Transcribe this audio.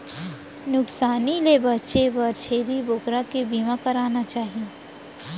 नुकसानी ले बांचे बर छेरी बोकरा के बीमा कराना चाही